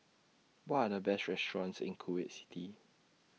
What Are The Best restaurants in Kuwait City